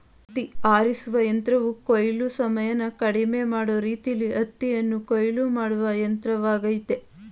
ಹತ್ತಿ ಆರಿಸುವ ಯಂತ್ರವು ಕೊಯ್ಲು ಸಮಯನ ಕಡಿಮೆ ಮಾಡೋ ರೀತಿಲೀ ಹತ್ತಿಯನ್ನು ಕೊಯ್ಲು ಮಾಡುವ ಯಂತ್ರವಾಗಯ್ತೆ